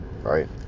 Right